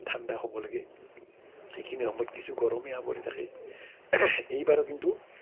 ঠাণ্ডা হ'ব লাগে সেইখিনি সময়ত কিছু গৰমেই আৱৰি থাকে এইবাৰ কিন্তু